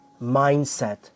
Mindset